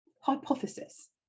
hypothesis